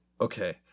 okay